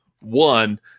One